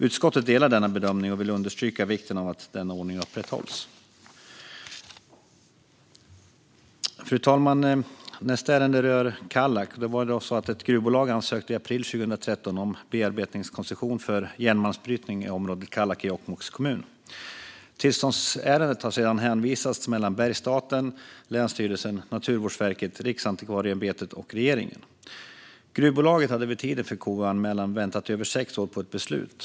Utskottet delar denna bedömning och vill understryka vikten av att den ordningen upprätthålls. Fru talman! Nästa ärende rör Kallak. Ett gruvbolag ansökte i april 2013 om bearbetningskoncession för järnmalmsbrytning i området Kallak i Jokkmokks kommun. Tillståndsärendet har sedan hänvisats mellan Bergsstaten, länsstyrelsen, Naturvårdsverket, Riksantikvarieämbetet och regeringen. Gruvbolaget hade vid tiden för KU-anmälan väntat över sex år på ett beslut.